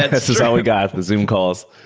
this is all we've got, the zoom calls.